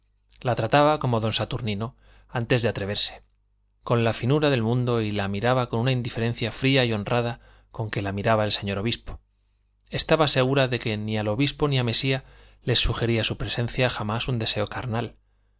la trataba como don saturnino antes de atreverse con la finura del mundo y la miraba con la indiferencia fría y honrada con que la miraba el señor obispo estaba segura de que ni al obispo ni a mesía les sugería su presencia jamás un deseo carnal